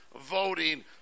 voting